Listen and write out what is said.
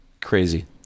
Crazy